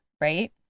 right